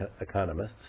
economists